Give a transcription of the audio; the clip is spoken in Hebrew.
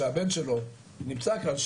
שהבן שלו נמצא כאן,